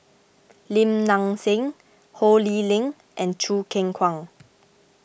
Lim Nang Seng Ho Lee Ling and Choo Keng Kwang